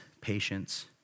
patience